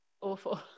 awful